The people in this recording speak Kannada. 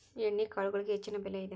ಎಣ್ಣಿಕಾಳುಗಳಿಗೆ ಹೆಚ್ಚಿನ ಬೆಲೆ ಇದೆ